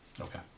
Okay